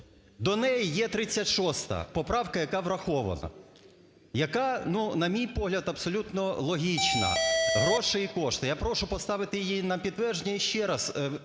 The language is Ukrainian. до неї є 36 поправка, яка врахована, яка, на мій погляд, абсолютно логічна – гроші і кошти. Я прошу поставити її на підтвердження. І ще раз